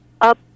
up